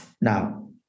Now